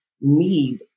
need